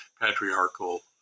patriarchal